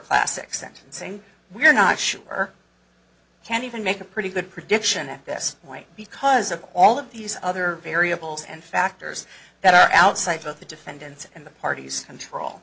classic sentencing we are not sure can even make a pretty good prediction at this point because of all of these other variables and factors that are outside of the defendants and the parties control